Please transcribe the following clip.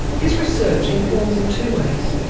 this research informs in two ways.